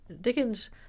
Dickens